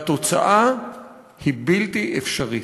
והתוצאה היא בלתי אפשרית.